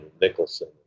Nicholson